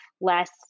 less